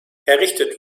errichtet